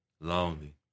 lonely